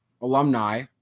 alumni